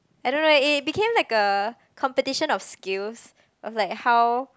I don't know eh it became like a competition of skills of like how